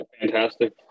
fantastic